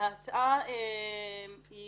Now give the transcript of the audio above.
ההצעה היא